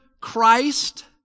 Christ